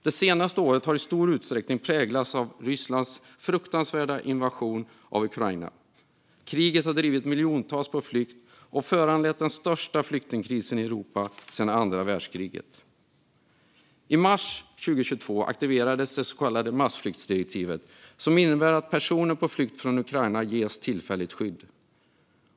Det senaste året har i stor utsträckning präglats av Rysslands fruktansvärda invasion av Ukraina. Kriget har drivit miljontals på flykt och föranlett den största flyktingkrisen i Europa sedan andra världskriget. I mars 2022 aktiverades det så kallade massflyktsdirektivet, som innebär att personer på flykt från Ukraina ges tillfälligt skydd.